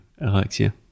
Alexia